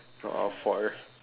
not our fault eh